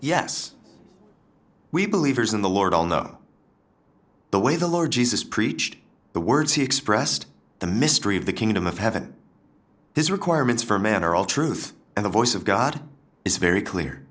yes we believers in the lord all know the way the lord jesus preached the words he expressed the mystery of the kingdom of heaven his requirements for man are all truth and the voice of god is very clear